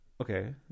okay